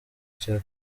cya